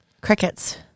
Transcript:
Crickets